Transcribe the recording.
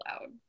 loud